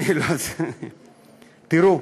תראו,